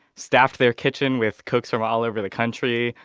staffed their kitchen with cooks from all over the country.